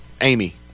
Amy